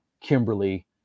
Kimberly